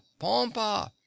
Pompa